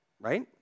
right